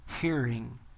hearing